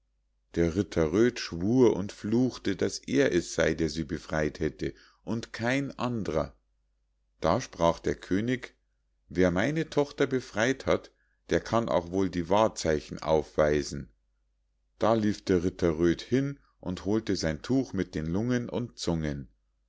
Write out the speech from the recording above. der ritter röd schwur und fluchte daß er es sei der sie befrei't hätte und kein andrer da sprach der könig wer meine tochter befrei't hat der kann auch wohl die wahrzeichen aufweisen da lief der ritter röd hin und holte sein tuch mit den lungen und zungen